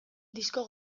disko